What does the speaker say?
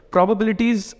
Probabilities